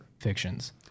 fictions